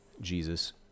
Jesus